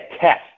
test